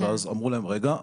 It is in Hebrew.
ואז אמרו להם: רגע,